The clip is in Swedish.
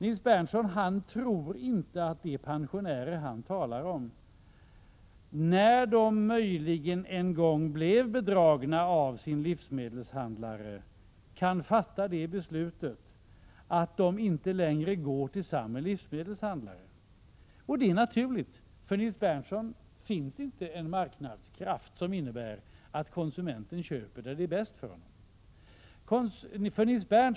Nils Berndtson tror inte att de pensionärer som han här har talat om själva, sedan de kanske en 163 gång blivit bedragna av sin livsmedelshandlare, kan fatta beslutet att de inte skall fortsätta att gå till samma livsmedelshandlare. Det är naturligt att Nils Berndtson har den uppfattningen, eftersom det för Nils Berndtson inte finns sådana marknadskrafter som tillåter att kunden gör sina inköp där det bäst passar honom eller henne.